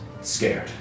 scared